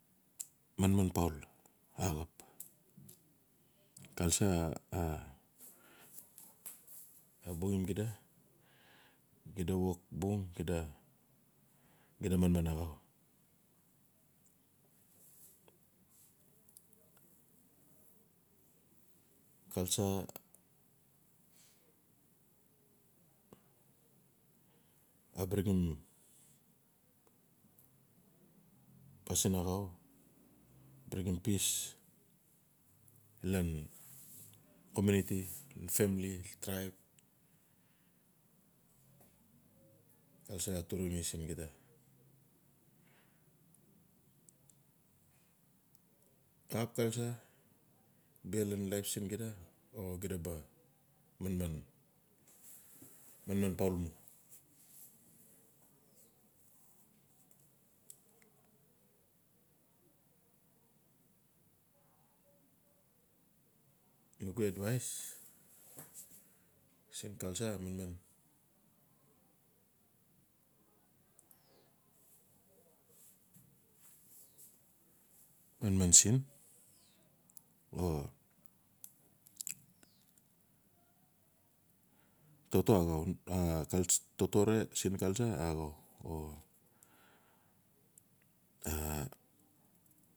Manman poul axap, culture a bungim xida. Xida wok bung xda manman axau. Culture a bringim pasin axau, bring pis lan komiunitu, famili, traib. Culture a trungli siin xida, ap culture bia lan life siin xida o xida manman manman poul mu nugu advais siin culture a manman siin. O toto axau, totore siin culture a axau.